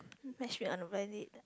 matchmake on a blind date